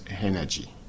Energy